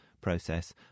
process